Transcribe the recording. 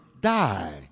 die